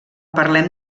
parlem